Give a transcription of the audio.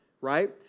right